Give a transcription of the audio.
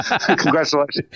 Congratulations